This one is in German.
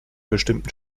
bestimmten